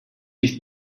nicht